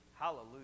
Hallelujah